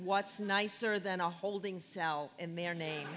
what's nicer than a holding cell in their name